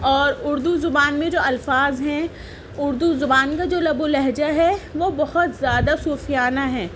اور اردو زبان میں جو الفاظ ہیں اردو زبان کا جو لب و لہجہ ہے وہ بہت زیادہ صوفیانہ ہے